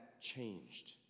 changed